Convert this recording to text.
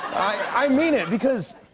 i mean it, because,